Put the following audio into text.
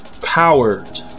powered